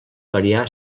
variar